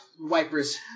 wipers